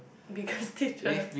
because teacher